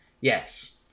yes